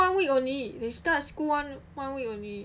one week only they start school one one week only